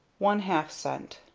one-half cent.